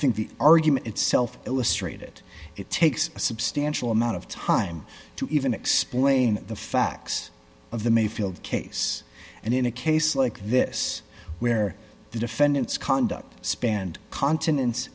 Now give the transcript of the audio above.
think the argument itself illustrated it takes a substantial amount of time to even explain the facts of the mayfield case and in a case like this where the defendant's conduct spanned continen